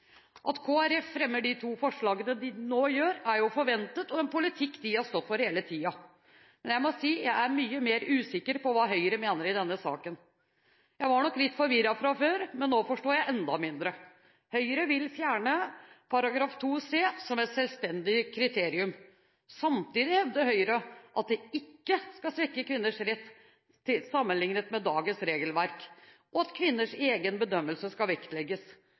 Kristelig Folkeparti fremmer de to forslagene de nå gjør, er jo forventet og en politikk de har stått for hele tiden. Men jeg må si jeg er mye mer usikker på hva Høyre mener i denne saken. Jeg var nok litt forvirret fra før, men nå forstår jeg enda mindre. Høyre vil fjerne abortloven § 2 c som et selvstendig kriterium. Samtidig hevder Høyre at det ikke skal svekke kvinners rett, sammenlignet med dagens regelverk, og at kvinners egen bedømmelse skal vektlegges.